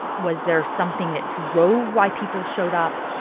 was there something that drove why people showed up?